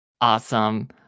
Awesome